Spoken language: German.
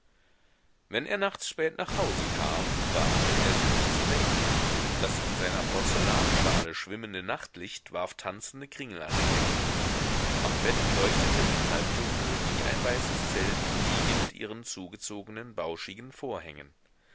wenn er nachts spät nach hause kam wagte er sie nicht zu wecken das in seiner porzellanschale schwimmende nachtlicht warf tanzende kringel an die decke am bett leuchtete im halbdunkel wie ein weißes zelt die wiege mit ihren zugezogenen bauschigen vorhängen